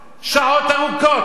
שעות ארוכות,